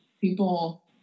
people